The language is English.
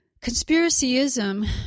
conspiracyism